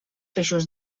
peixos